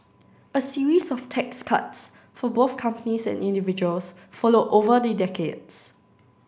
a series of tax cuts for both companies and individuals followed over the decades